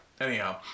anyhow